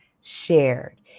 shared